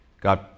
God